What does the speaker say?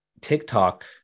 TikTok